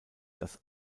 das